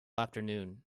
afternoon